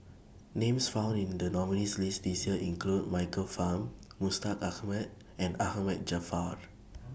Names found in The nominees' list This Year include Michael Fam Mustaq Ahmad and Ahmad Jaafar